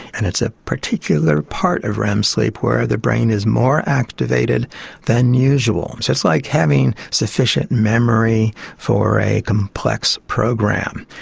and it's a particular part of rem sleep where the brain is more activated than usual. so it's like having sufficient memory for a complex program.